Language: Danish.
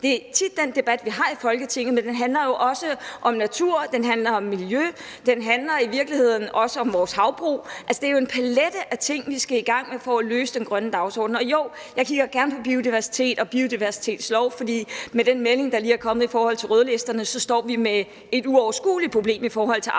Det er tit den debat, vi har i Folketinget, men den handler jo også om natur. Den handler om miljø. Den handler i virkeligheden også om vores havbrug. Det er jo en palet af ting, vi skal i gang med, for at løse den grønne dagsorden. Og jo, jeg kigger gerne på biodiversitet og biodiversitetslov, for med den melding, der lige er kommet i forhold til rødlisten, står vi med et uoverskueligt problem i forhold til arter